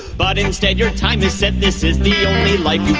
but instead your time has set. this is the only life you